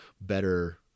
better